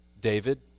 David